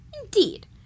Indeed